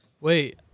Wait